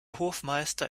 hofmeister